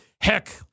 Heck